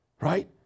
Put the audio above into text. Right